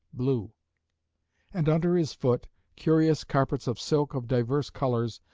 blue and under his foot curious carpets of silk of diverse colours,